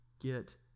get